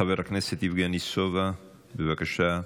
חבר הכנסת יבגני סובה, בבקשה.